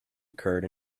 occurred